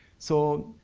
so,